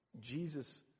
Jesus